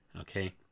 okay